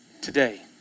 today